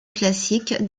classique